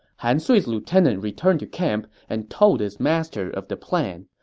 han sui's lieutenant returned to camp and told his master of the plan.